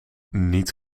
niet